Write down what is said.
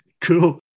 Cool